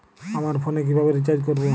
আমার ফোনে কিভাবে রিচার্জ করবো?